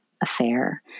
Affair